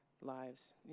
lives